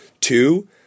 Two